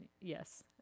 Yes